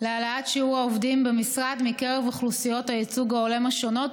להעלאת שיעור העובדים במשרד מקרב אוכלוסיות הייצוג ההולם השונות,